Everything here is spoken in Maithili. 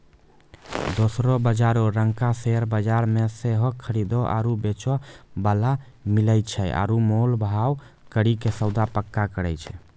दोसरो बजारो रंगका शेयर बजार मे सेहो खरीदे आरु बेचै बाला मिलै छै आरु मोल भाव करि के सौदा पक्का करै छै